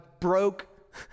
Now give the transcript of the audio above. broke